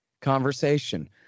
conversation